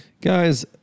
Guys